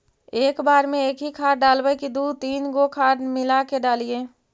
एक बार मे एकही खाद डालबय की दू तीन गो खाद मिला के डालीय?